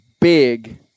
big